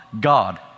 God